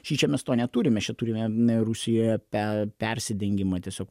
šičia mes to neturime čia turime n rusijoje per persidengimą tiesiog